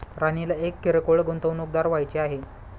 राणीला एक किरकोळ गुंतवणूकदार व्हायचे आहे